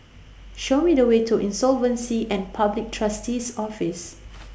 Show Me The Way to Insolvency and Public Trustee's Office